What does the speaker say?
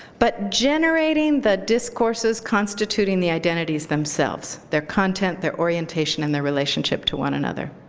but generating the discourses, constituting the identities themselves, their content, their orientation, and their relationship to one another.